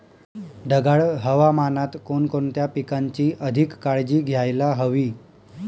ढगाळ हवामानात कोणकोणत्या पिकांची अधिक काळजी घ्यायला हवी?